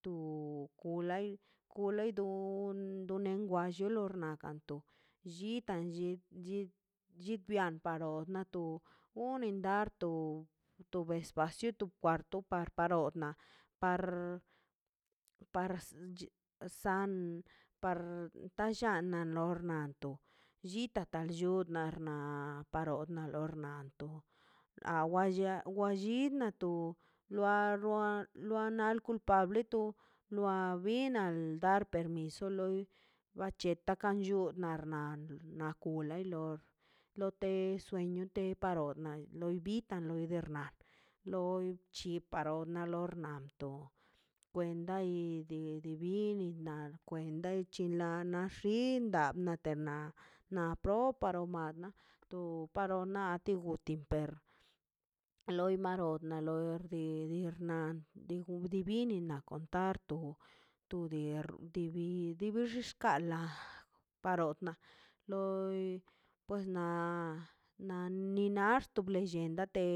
To kulai kulai don donenwa lliona kanto llitan llid llid llidnia parod na to unindarto to espacio to kwarto par parod na par san na para tasha na loito llita tan llold na na parod na or nanto awa lla wallid nianto lua lua nal kulpable de tu kwa binal dar permiso loi balletaꞌ kan llur na nan na kulei no lor lote sueño te parod na invitan lo der na loi chi parod na lornan to kwendai idi idinbinan kwenda chilanda na xi indan nata na poparo na na o paro na tiw otin por loi marot na lordi di na diju dibinina contar to der to di bi di bixixkala parodna loi pues na na ni naxt to lellenda te